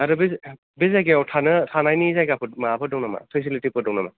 आरो बे जायगायाव थानो थानायनि माबाफोर दं नामा फेसिलिटिफोर दं नामा